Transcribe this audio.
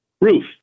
roof